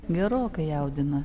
gerokai jaudina